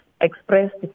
expressed